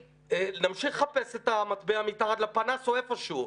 להמשיך לחפש את המטבע מתחת לפנס או איפה שהוא.